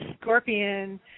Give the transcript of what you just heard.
scorpion